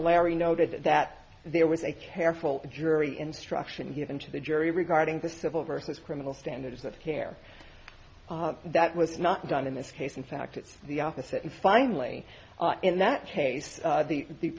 a larry noted that there was a careful jury instruction given to the jury regarding the civil versus criminal standards of care that was not done in this case in fact it's the opposite and finally in that case the the